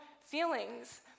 feelings